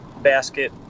basket